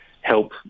help